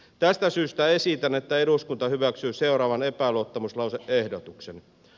tästä syystä esitän että eduskunta hyväksyy seuraavan epäluottamuslause ehdotuksen